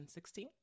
2016